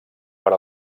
per